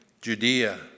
Judea